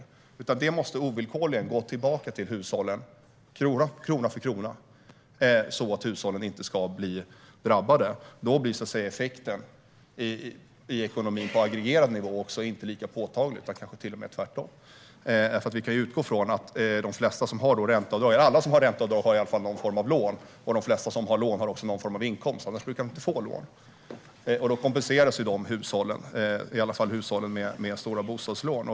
Dessa pengar måste ovillkorligen gå tillbaka till hushållen, krona för krona, så att hushållen inte ska bli drabbade. Då blir effekten i ekonomin på aggregerad nivå inte lika påtaglig utan kanske till och med tvärtom. Vi kan nämligen utgå från att alla som har ränteavdrag har någon form av lån. Och de flesta som har lån har också någon form av inkomst, annars brukar de inte få lån. Då kompenseras i alla fall de hushåll som har stora bostadslån.